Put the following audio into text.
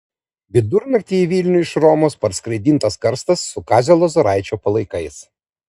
vidurnaktį į vilnių iš romos parskraidintas karstas su kazio lozoraičio palaikais